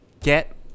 Get